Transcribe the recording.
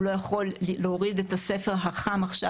הוא לא יכול להוריד את הספר החם עכשיו,